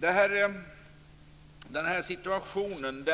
Många menar att denna situation